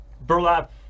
Burlap